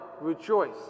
rejoice